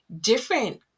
different